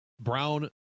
Brown